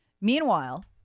Meanwhile